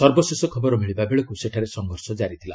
ସର୍ବଶେଷ ଖବର ମିଳିବା ବେଳକୁ ସେଠାରେ ସଂଘର୍ଷ ଜାରି ଥିଲା